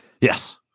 Yes